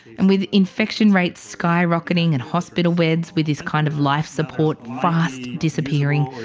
and with infection rates skyrocketing and hospital beds with this kind of life support fast disappearing.